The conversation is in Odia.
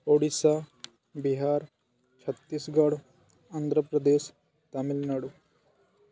ଓଡ଼ିଶା ବିହାର ଛତିଶଗଡ଼ ଆନ୍ଧ୍ରପ୍ରଦେଶ ତାମିଲନାଡ଼ୁ